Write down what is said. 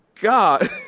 God